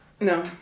no